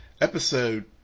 episode